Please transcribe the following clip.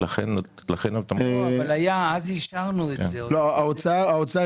אבל היה שר אוצר אחראי.